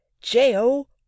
J-O